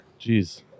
Jeez